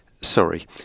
Sorry